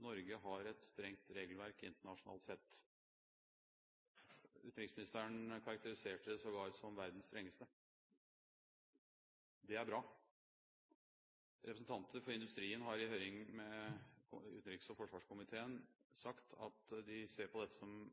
Norge har et strengt regelverk internasjonalt sett. Utenriksministeren karakteriserte det sågar som verdens strengeste. Det er bra. Representanter for industrien har i høring med utenriks- og forsvarskomiteen sagt at de ser på dette som